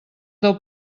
del